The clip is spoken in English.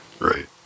Right